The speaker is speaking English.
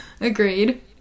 Agreed